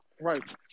right